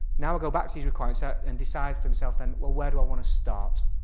now we'll go back to these requirements and decide for myself and well where do i want to start?